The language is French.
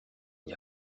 n’y